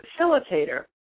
facilitator